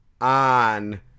On